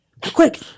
quick